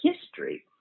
history